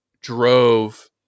drove